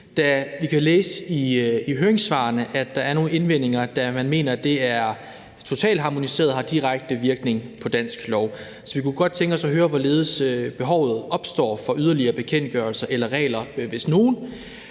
Vi kan jo læse i høringssvarene, at der er nogle indvendinger, da man mener, det er totalharmoniseret og har direkte virkning på dansk lov. Så vi kunne godt tænke os at høre, hvorledes behovet for yderligere bekendtgørelser eller regler opstår, hvis nogen.